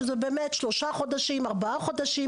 שזה באמת שלושה חודשים-ארבעה חודשים,